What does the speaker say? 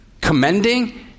commending